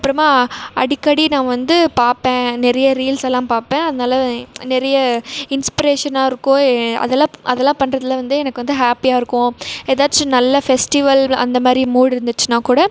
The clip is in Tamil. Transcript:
அப்புறமா அடிக்கடி நான் வந்து பார்ப்பேன் நிறைய ரீல்ஸெல்லாம் பார்ப்பேன் அதனால் நிறைய இன்ஸ்பிரேஷனாக இருக்கும் அதெல்லாம் அதெல்லாம் பண்றதில் வந்து எனக்கு வந்து ஹாப்பியாக இருக்கும் ஏதாச்சும் நல்ல ஃபெஸ்ட்டிவல் அந்தமாதிரி மூடு இருந்துச்சினால் கூட